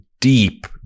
deep